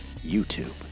YouTube